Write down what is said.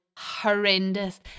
horrendous